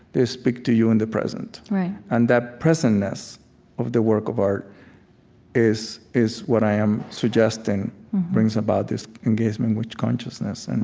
they speak to you in the present right and that present-ness of the work of art is is what i am suggesting brings about this engagement with consciousness. and